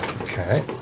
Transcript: Okay